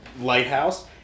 lighthouse